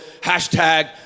Hashtag